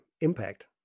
impact